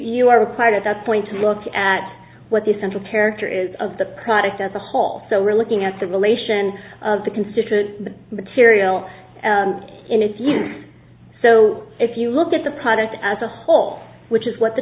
you are required at that point to look at what the central character is of the product as a whole so we're looking at the relation of the considered material in its use so if you look at the product as a whole which is what the